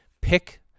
pick